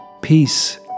Peace